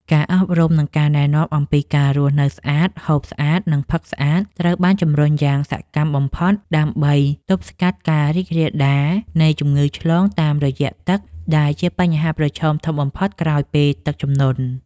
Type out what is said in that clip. ការអប់រំ និងការណែនាំអំពីការរស់នៅស្អាត ហូបស្អាត និងផឹកស្អាត ត្រូវបានជំរុញយ៉ាងសកម្មបំផុត ដើម្បីទប់ស្កាត់ការរីករាលដាលនៃជំងឺឆ្លងតាមរយៈទឹក ដែលជាបញ្ហាប្រឈមធំបំផុតក្រោយពេលទឹកជំនន់។